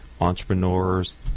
entrepreneurs